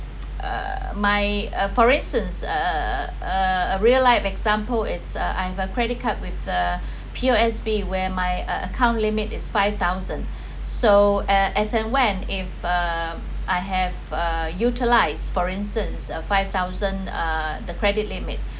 uh my uh for instance uh a a real life example it's uh I have a credit card with the P_O_S_B where my ac~ account limit is five thousand so as I went if uh I have uh utilised for instance uh five thousand uh the credit limit